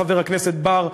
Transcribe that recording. חבר הכנסת בר,